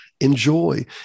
enjoy